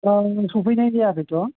औ सौफैनाय जायाखैथ'